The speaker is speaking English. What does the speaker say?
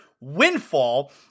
windfall